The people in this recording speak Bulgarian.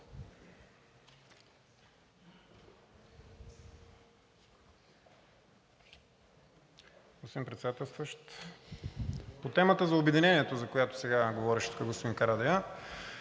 Господин Председателстващ, по темата за обединението, за която сега говореше тук господин Карадайъ,